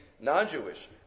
non-Jewish